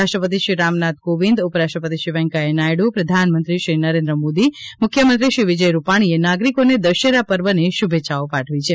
રાષ્ટ્રપતિ શ્રી રામનાથ કોવિંદ ઉપરાષ્ટ્રપતિ શ્રી વેંકૈયા નાયડ઼ પ્રધાનમંત્રી શ્રી નરેન્દ્ર મોદી મુખ્યમંત્રી શ્રી વિજય રૂપાણીએ નાગરિકોને દશેરા પર્વની શુભેચ્છાઓ પાઠવી છે